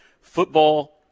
football